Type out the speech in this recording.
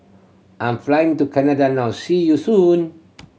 I'm flying to Canada now see you soon